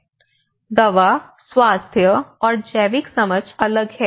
दवा स्वास्थ्य और जैविक समझ अलग है